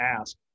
ask